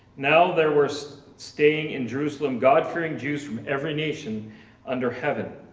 now there were so staying in jerusalem, god fearing jews from every nation under heaven,